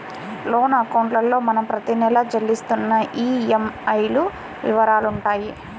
loan అకౌంట్లో మనం ప్రతి నెలా చెల్లిస్తున్న ఈఎంఐల వివరాలుంటాయి